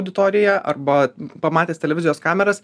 auditorija arba pamatęs televizijos kameras